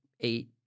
eight